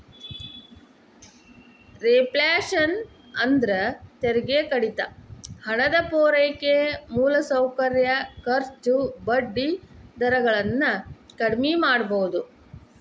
reflation ಅಂದ್ರ ತೆರಿಗೆ ಕಡಿತ ಹಣದ ಪೂರೈಕೆ ಮೂಲಸೌಕರ್ಯ ಖರ್ಚು ಬಡ್ಡಿ ದರ ಗಳನ್ನ ಕಡ್ಮಿ ಮಾಡುದು